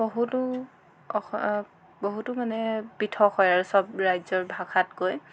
বহুতো বহুতো মানে পৃথক হয় আৰু চব ৰাজ্যৰ ভাষাতকৈ